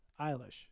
eilish